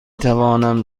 توانم